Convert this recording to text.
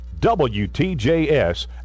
WTJS